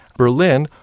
berlin,